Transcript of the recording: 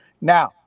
Now